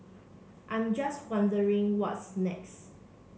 I'm just wondering what's next